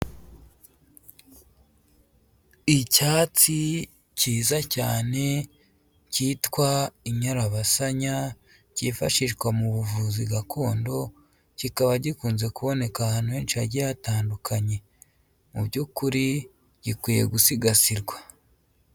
Icyatsi kiza cyane kitwa inyarabasanya, kifashishwa mu buvuzi gakondo, kikaba gikunze kuboneka ahantu henshi hagiye hatandukanye, mu by'ukuri gikwiye gusigasirwa.